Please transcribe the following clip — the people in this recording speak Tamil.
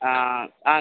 ஆ ஆ